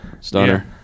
stunner